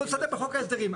בואו נתקן בחוק ההסדרים.